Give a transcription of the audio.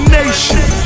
nation